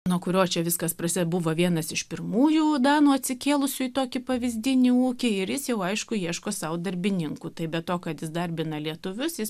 nuo kurio čia viskas prasideda buvo vienas iš pirmųjų danų atsikėlusių į tokį pavyzdinį ūkį ir jis jau aišku ieško sau darbininkų tai be to kad jis darbina lietuvius jis